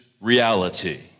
reality